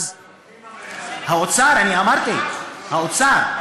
האוצר, אני אמרתי, האוצר.